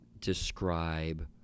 describe